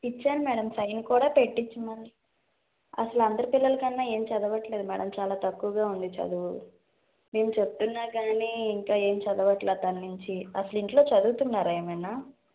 ఇచ్చాను madam sign కూడా పెట్టిచ్చమని అసలు అందరి పిల్లలకన్నా ఏం చదవట్లేదు మేడం చాలా తక్కువగా ఉంది చదువు నేను చెప్తున్నా కానీ ఇంకా ఏం చదవట్లేదు తన నుండి అసలు ఇంట్లో చదువుతున్నారా ఏమైనా